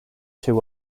too